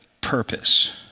purpose